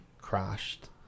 crashed